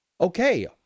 Okay